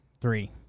Three